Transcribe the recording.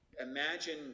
imagine